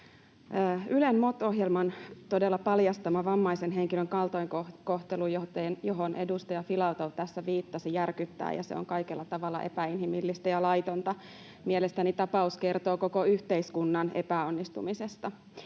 Ylen MOT-ohjelman paljastama vammaisen henkilön kaltoinkohtelu, johon edustaja Filatov tässä viittasi, järkyttää, ja se on kaikella tavalla epäinhimillistä ja laitonta. Mielestäni tapaus kertoo koko yhteiskunnan epäonnistumisesta.